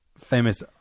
Famous